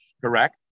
Correct